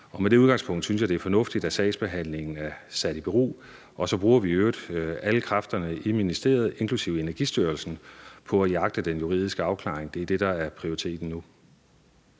og med det udgangspunkt synes jeg, det er fornuftigt, at sagsbehandlingen er sat i bero. Og så bruger vi i øvrigt alle kræfterne i ministeriet, inklusive Energistyrelsen, på at jagte den juridiske afklaring. Det er det, der er prioriteten nu.